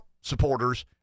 supporters